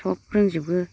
सब रोंजोबगौ